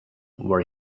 where